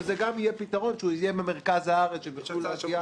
שזה גם יהיה פתרון שיהיה במרכז הארץ אליו הם יוכלו להגיע.